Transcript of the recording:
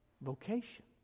Vocation